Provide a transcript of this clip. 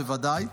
בוודאי.